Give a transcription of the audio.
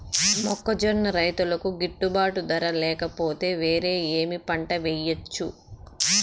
మొక్కజొన్న రైతుకు గిట్టుబాటు ధర లేక పోతే, వేరే ఏమి పంట వెయ్యొచ్చు?